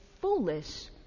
foolish